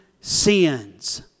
sins